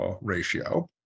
ratio